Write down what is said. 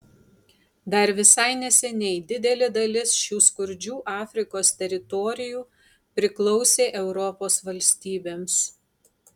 dar visai neseniai didelė dalis šių skurdžių afrikos teritorijų priklausė europos valstybėms